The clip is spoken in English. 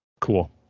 cool